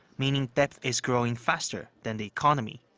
meaning debt is growing faster than the economy.